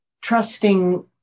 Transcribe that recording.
trusting